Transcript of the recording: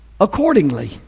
accordingly